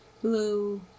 Blue